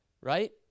right